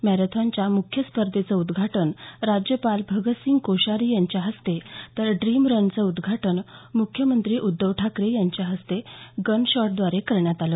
मॅरेथॉनच्या मुख्य स्पर्धेचं उद्घाटन राज्यपाल भगत सिंह कोश्यारी यांच्या हस्ते तर ड्रीम रनचं उद्घाटन मुख्यमंत्री उद्धव ठाकरे यांच्या हस्ते गनशॉटद्वारे करण्यात आलं